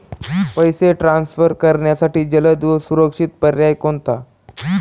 पैसे ट्रान्सफर करण्यासाठी जलद व सुरक्षित पर्याय कोणता?